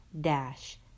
dash